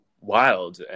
wild